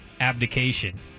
abdication